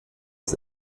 aus